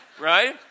Right